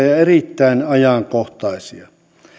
ja ja erittäin ajankohtaisia